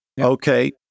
Okay